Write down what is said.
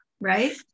right